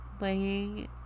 laying